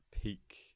peak